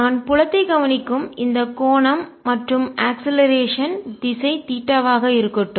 நான் புலத்தை கவனிக்கும் இந்த கோணம் மற்றும் அக்ஸ்லரேசன் முடுக்கம் திசை தீட்டாவாக இருக்கட்டும்